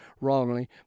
wrongly